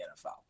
NFL